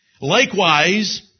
Likewise